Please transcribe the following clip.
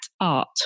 art